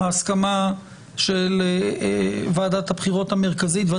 ההסכמה של ועדת הבחירות המרכזית להסיר את סעיף 2 מקלה על קידום העניין,